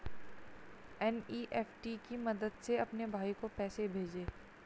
NEFT की मदद से अपने भाई को पैसे भेजें